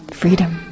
freedom